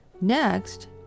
Next